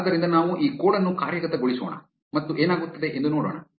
ಆದ್ದರಿಂದ ನಾವು ಈ ಕೋಡ್ ಅನ್ನು ಕಾರ್ಯಗತಗೊಳಿಸೋಣ ಮತ್ತು ಏನಾಗುತ್ತದೆ ಎಂದು ನೋಡೋಣ